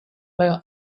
while